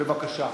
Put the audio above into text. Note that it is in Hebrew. בבקשה.